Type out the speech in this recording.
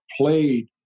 played